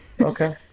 okay